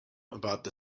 about